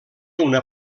una